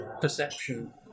perception